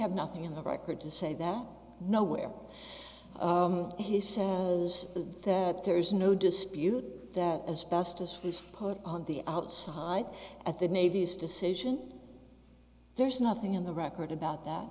have nothing in the record to say that nowhere he says that there is no dispute that as best as was put on the outside at the navy's decision there's nothing in the record about that